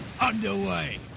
underway